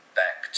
back